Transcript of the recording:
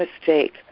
mistake